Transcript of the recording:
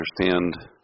understand